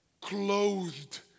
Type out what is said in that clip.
clothed